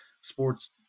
sports